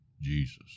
Jesus